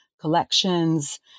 collections